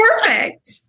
perfect